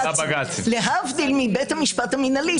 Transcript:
להבדיל מבית המשפט המינהלי.